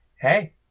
hey